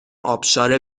آبشار